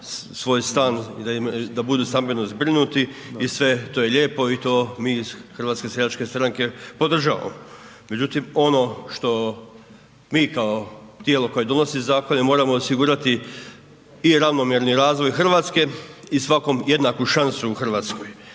svoj stan i da budu stambeno zbrinuti. I sve, to je lijepo i to mi iz Hrvatske seljačke stranke podržavamo. Međutim ono što mi kao tijelo koje donosi zakone moramo osigurati i ravnomjerni razvoj Hrvatske i svakom jednaku šansu u Hrvatskoj.